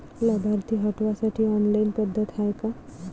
लाभार्थी हटवासाठी ऑनलाईन पद्धत हाय का?